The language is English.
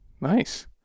Nice